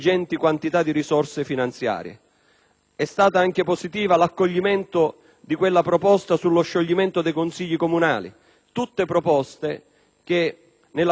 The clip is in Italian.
È stato anche positivo l'accoglimento della proposta sullo scioglimento dei Consigli comunali. Sono tutte proposte sulle quali nella Commissione parlamentare antimafia da anni